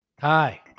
Hi